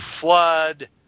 flood